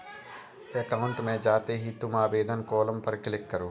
account में जाते ही तुम आवेदन कॉलम पर क्लिक करो